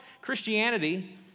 Christianity